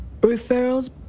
referrals